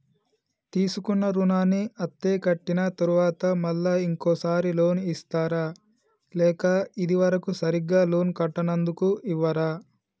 తీసుకున్న రుణాన్ని అత్తే కట్టిన తరువాత మళ్ళా ఇంకో సారి లోన్ ఇస్తారా లేక ఇది వరకు సరిగ్గా లోన్ కట్టనందుకు ఇవ్వరా?